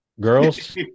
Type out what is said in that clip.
girls